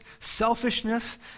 selfishness